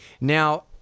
Now